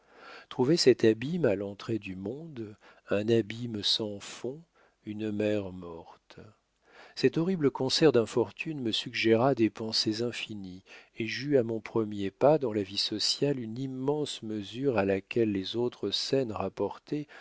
trouver cet abîme à l'entrée du monde un abîme sans fond une mer morte cet horrible concert d'infortunes me suggéra des pensées infinies et j'eus à mon premier pas dans la vie sociale une immense mesure à laquelle les autres scènes rapportées